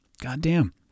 Goddamn